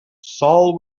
saul